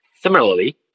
Similarly